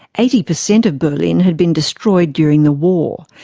eighty per cent of berlin had been destroyed during the war.